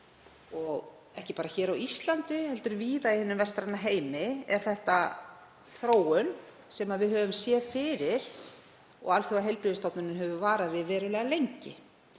Og ekki bara á Íslandi heldur víða í hinum vestræna heimi er þetta þróun sem við höfum séð fyrir og Alþjóðaheilbrigðisstofnunin hefur varað við verulega lengi,